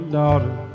daughter